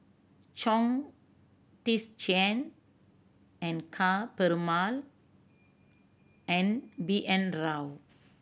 Chong Tze Chien and Ka Perumal and B N Rao